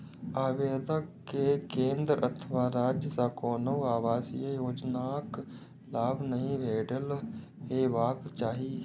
आवेदक कें केंद्र अथवा राज्य सं कोनो आवासीय योजनाक लाभ नहि भेटल हेबाक चाही